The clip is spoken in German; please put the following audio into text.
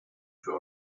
für